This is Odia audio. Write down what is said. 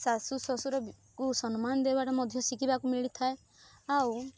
ଶାଶୁ ଶ୍ୱଶୁରକୁ ସମ୍ମାନ ଦବାଟା ମଧ୍ୟ ଶିଖିବାକୁ ମିଳିଥାଏ ଆଉ